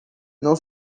não